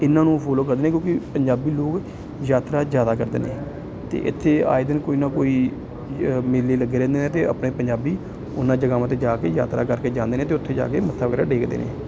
ਇਹਨਾਂ ਨੂੰ ਫੋਲੋ ਕਰਦੇ ਨੇ ਕਿਉਂਕਿ ਪੰਜਾਬੀ ਲੋਕ ਯਾਤਰਾ ਜ਼ਿਆਦਾ ਕਰਦੇ ਨੇ ਅਤੇ ਇੱਥੇ ਆਏ ਦਿਨ ਕੋਈ ਨਾ ਕੋਈ ਮੇਲੇ ਲੱਗੇ ਰਹਿੰਦੇ ਨੇ ਅਤੇ ਆਪਣੇ ਪੰਜਾਬੀ ਉਹਨਾਂ ਜਗ੍ਹਾਵਾਂ 'ਤੇ ਜਾ ਕੇ ਯਾਤਰਾ ਕਰਕੇ ਜਾਂਦੇ ਨੇ ਅਤੇ ਉੱਥੇ ਜਾ ਕੇ ਮੱਥਾ ਵਗੈਰਾ ਟੇਕਦੇ ਨੇ